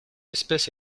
espèce